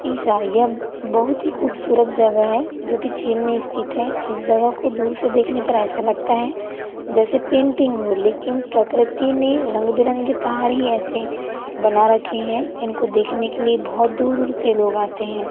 तीसरा यह बहुत ही खूबसूरत जगह है जो की चीन में स्थित है इस जगह को दूर से देखने पर ऐसा लगता है जैसे पेंटिंग हो लेकिन प्रकृति ने रंगबिरंगे पहाड़ ही ऐसे बना रखे हैं इनको देखने के लिए बहुत दूर दूर से लोग आते हैं